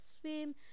swim